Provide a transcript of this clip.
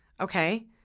okay